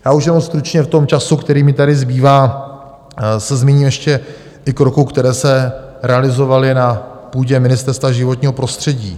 Já už jenom stručně v tom čase, který mi tady zbývá, se zmíním ještě ke krokům, které se realizovaly na půdě Ministerstva životního prostředí.